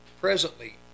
presently